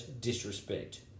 disrespect